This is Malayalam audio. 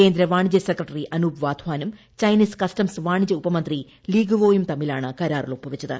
കേന്ദ്ര വാണിജ്യ സെക്രട്ടറി അനൂപ് വാധ്യാനം ചൈനീസ് കസ്സംസ് വാണിജ്യ ഉപമന്ത്രി ലീഗുവോയും തമ്മിലാണ് കരാറിൽ ഒപ്പുവച്ചത്